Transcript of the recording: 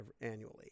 annually